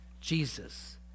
Jesus